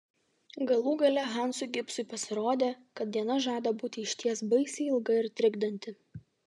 galų gale hansui gibsui pasirodė kad diena žada būti išties baisiai ilga ir trikdanti